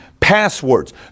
Passwords